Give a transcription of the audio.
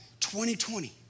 2020